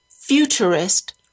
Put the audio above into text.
futurist